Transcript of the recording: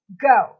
go